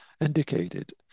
indicated